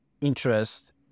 interest